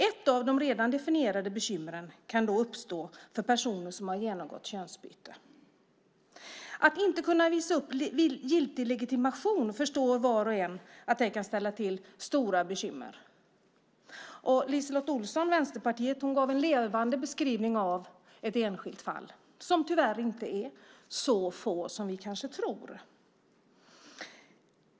Ett av de redan definierade bekymren kan uppstå för personer som genomgått könsbyte. Att inte kunna visa upp en giltig legitimation kan, det förstår var och en, ställa till med stora bekymmer. LiseLotte Olsson från Vänsterpartiet gav en levande beskrivning av ett enskilt fall. Tyvärr är de fallen inte så få som vi kanske tror.